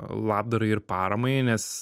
labdarai ir paramai nes